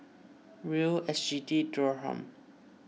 Riel S G D Dirham